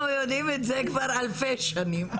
אנחנו יודעים את זה כבר אלפי שנים.